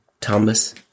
Thomas